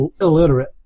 illiterate